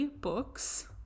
books